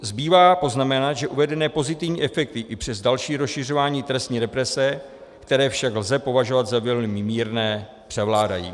Zbývá poznamenat, že uvedené pozitivní efekty i přes další rozšiřování trestní represe, které však lze považovat za velmi mírné, převládají.